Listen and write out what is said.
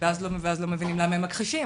ואז לא מבינים למה הם מכחישים.